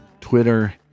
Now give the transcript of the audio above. Twitter